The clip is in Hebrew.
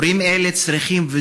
מורים אלה צריכים,